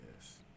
Yes